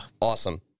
awesome